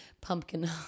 pumpkin